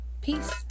peace